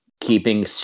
keeping